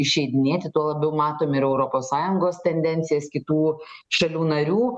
išeidinėti tuo labiau matom ir europos sąjungos tendencijas kitų šalių narių